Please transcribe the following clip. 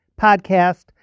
podcast